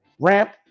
ramp